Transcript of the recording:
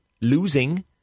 losing